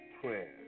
prayer